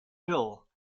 hill